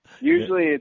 Usually